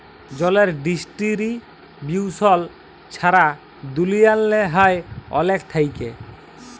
জলের ডিস্টিরিবিউশল ছারা দুলিয়াল্লে হ্যয় অলেক থ্যাইকে